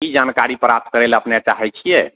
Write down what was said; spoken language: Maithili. कि जानकारी प्राप्त करय लए अपने चाहय छियै